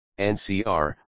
ncr